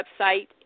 website